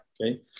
Okay